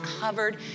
covered